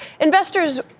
investors